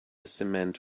cement